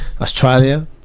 Australia